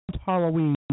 Halloween